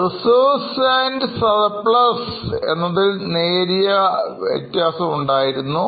Reserves Surplus എന്നതിൽ നേരിയ ഉണ്ടായിരിക്കുന്നു